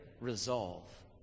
resolve